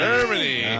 Germany